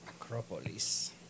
Acropolis